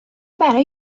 برای